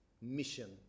mission